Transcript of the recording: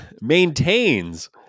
maintains